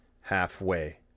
halfway